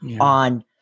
on